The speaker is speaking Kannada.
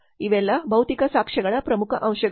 ಇವೆಲ್ಲ ಭೌತಿಕ ಸಾಕ್ಷ್ಯಗಳ ಪ್ರಮುಖ ಅಂಶಗಳು